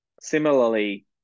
Similarly